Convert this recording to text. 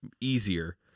Easier